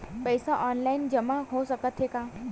पईसा ऑनलाइन जमा हो साकत हे का?